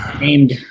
named